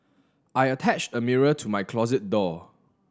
I attached a mirror to my closet door